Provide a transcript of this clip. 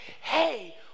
hey